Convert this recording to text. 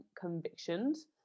convictions